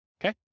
Okay